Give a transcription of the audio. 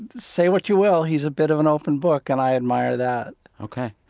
say what you will, he's a bit of an open book. and i admire that ok.